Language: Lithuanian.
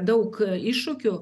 daug iššūkių